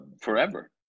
forever